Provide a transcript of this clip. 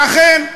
ואכן,